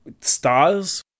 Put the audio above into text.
stars